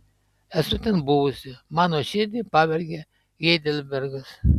esu ten buvusi mano širdį pavergė heidelbergas